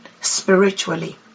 spiritually